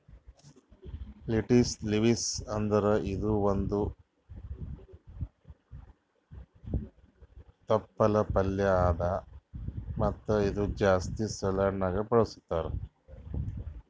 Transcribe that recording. lettuce leaves ಅಂದುರ್ ಇದು ಒಂದ್ ತಪ್ಪಲ್ ಪಲ್ಯಾ ಅದಾ ಮತ್ತ ಇದು ಜಾಸ್ತಿ ಸಲಾಡ್ನ್ಯಾಗ ಬಳಸ್ತಾರ್